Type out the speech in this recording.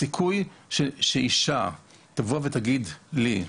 הסיכוי שאישה תבוא ותגיד לי,